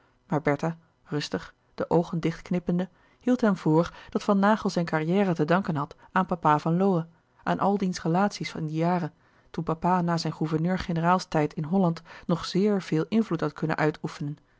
bertha rustig de oogen dicht knippende hield hem voor dat van naghel zijne carrière te danken had aan papa van lowe aan al diens relaties in die jaren toen papa na zijn gouverneur generaalstijd in holland nog zeer veel invloed had kunnen uitoefenen